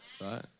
Right